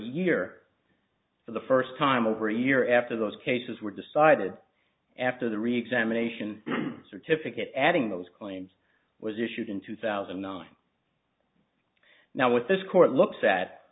year for the first time over a year after those cases were decided after the reexamination certificate adding those claims was issued in two thousand and nine no what this court looks at